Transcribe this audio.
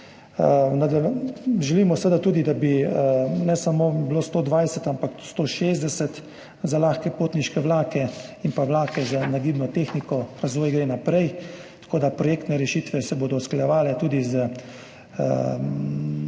bila hitrost ne samo 120, ampak 160 km/h za lahke potniške vlake in vlake z nagibno tehniko. Razvoj gre naprej, tako da projektne rešitve se bodo usklajevale tudi z